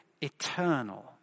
eternal